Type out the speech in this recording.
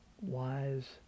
wise